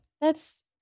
That's-